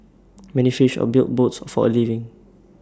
many fished or built boats for A living